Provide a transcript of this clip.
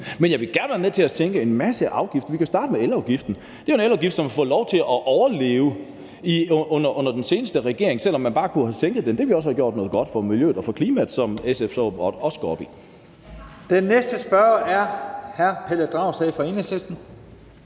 Men jeg vil gerne være med til at sænke en masse afgifter. Vi kan jo starte med elafgiften. Det er jo en elafgift, som har fået lov til at overleve under den seneste regering, selv om man bare kunne have sænket den; det ville også have gjort noget godt for miljøet og for klimaet, som SF så åbenbart også går op i. Kl. 10:39 Første næstformand (Leif